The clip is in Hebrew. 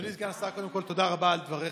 אדוני סגן השר, קודם כול תודה רבה על דבריך.